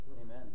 Amen